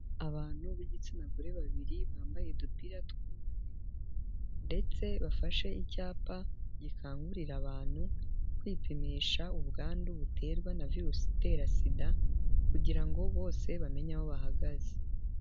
Abantu b'igitsina gore babiri bambaye udupira tw'umweru ndetse bafashe icyapa gikangurira abantu kwipimisha ubwandu buterwa na virusi itera sida kugira ngo bose bamenye aho bahagaze.